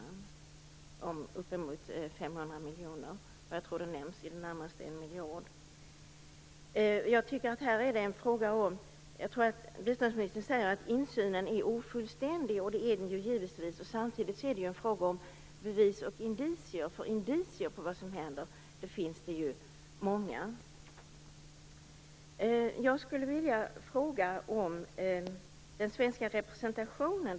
Den är uppemot 500 miljoner. Biståndsministern säger att insynen är ofullständig, och det är den ju givetvis. Men samtidigt är det en fråga om bevis och indicier, för indicier på vad som händer finns det ju många. Jag skulle vilja ställa en fråga om den svenska representationen.